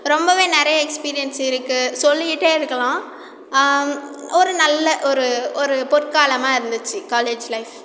ரொம்பவே நிறைய எக்ஸ்பீரியன்ஸ் இருக்குது சொல்லிக்கிட்டே இருக்கலாம் ஒரு நல்ல ஒரு ஒரு பொற்காலமாக இருந்துச்சு காலேஜ் லைஃப்